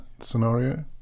scenario